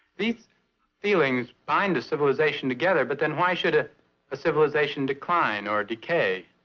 these feelings bind a civilization together. but then why should ah a civilization decline or decay?